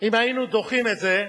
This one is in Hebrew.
אם היינו דוחים את זה,